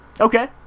Okay